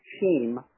team